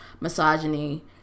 misogyny